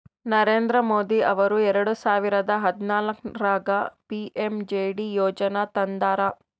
ನರೇಂದ್ರ ಮೋದಿ ಅವರು ಎರೆಡ ಸಾವಿರದ ಹದನಾಲ್ಕರಾಗ ಪಿ.ಎಮ್.ಜೆ.ಡಿ ಯೋಜನಾ ತಂದಾರ